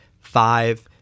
five